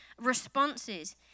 responses